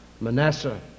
Manasseh